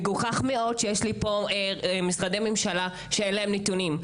מגוחך שיש פה משרדי ממשלה שאין להם נתונים.